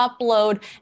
upload